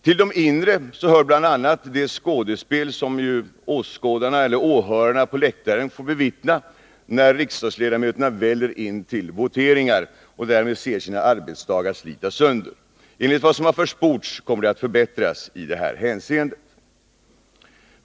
Till de inre hör bl.a. det skådespel som åhörarna på läktaren får bevittna när riksdagsledamöterna väller in till voteringar och därmed ser sina arbetsdagar slitas sönder. Enligt vad som har försports kommer det att förbättras i detta hänseende.